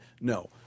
no